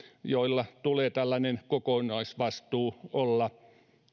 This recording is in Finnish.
joilla tulee tällainen kokonaisvastuu olla